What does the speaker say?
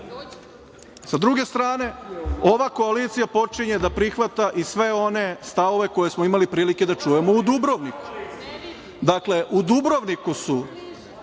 druge strane, ova koalicija počinje da prihvata i sve one stavove koje smo imali prilike da čujemo u Dubrovniku.